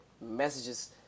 messages